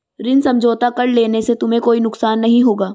ऋण समझौता कर लेने से तुम्हें कोई नुकसान नहीं होगा